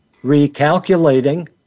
recalculating